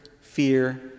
fear